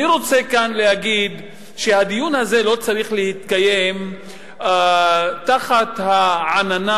אני רוצה להגיד שהדיון הזה לא צריך להתקיים תחת העננה